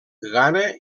ghana